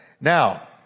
Now